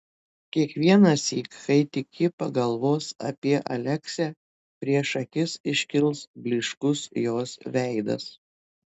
kiekvienąsyk kai tik ji pagalvos apie aleksę prieš akis iškils blyškus jos veidas